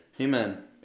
amen